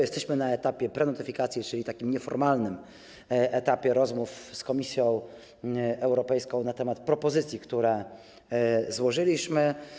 Jesteśmy na etapie prenotyfikacji, czyli takim nieformalnym etapie rozmów z Komisją Europejską na temat propozycji, którą złożyliśmy.